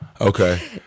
okay